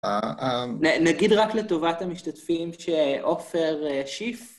נגיד רק לטובת המשתתפים שאופר שיף